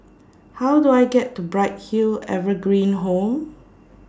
How Do I get to Bright Hill Evergreen Home